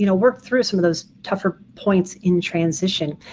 you know work through some of those tougher points in transition.